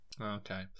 Okay